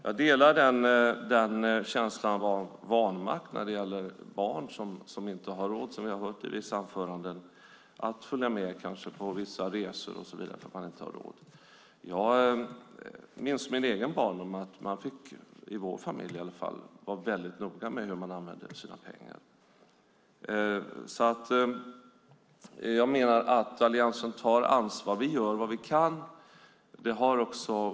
Jag delar känslan av vanmakt när det gäller barn som inte har råd att följa med på resor och så vidare därför att man inte har råd, som vi har hört i vissa anföranden här. Jag minns min egen barndom. I vår familj, i alla fall, fick man vara noga med hur man använde sina pengar. Jag menar att Alliansen tar ansvar. Vi gör vad vi kan.